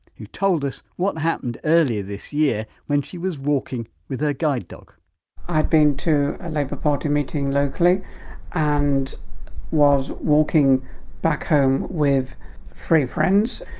who told us what happened earlier this year when she was walking with her guide dog i'd been to a labour party meeting locally and was walking back home with three friends.